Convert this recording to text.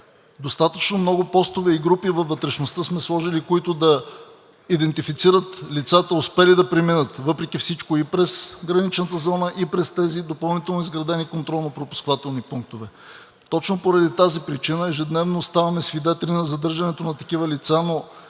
Достатъчно много постове и групи във вътрешността сме сложили, които да идентифицират лицата, успели да преминат, въпреки всичко и през граничната зона, и през тези допълнително изградени контролно-пропускателни пунктове. Точно поради тази причина ежедневно ставаме свидетели на задържането на такива лица,